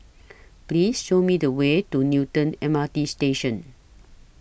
Please Show Me The Way to Newton M R T Station